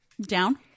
down